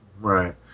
Right